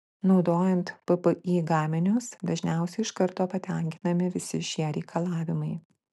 naudojant ppi gaminius dažniausiai iš karto patenkinami visi šie reikalavimai